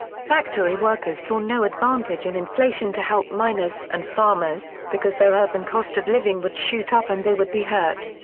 factory workers saw no advantage in inflation to help miners and farmers, because their urban cost of living would shoot up and they would be hurt.